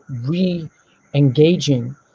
re-engaging